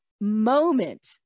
moment